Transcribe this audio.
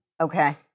Okay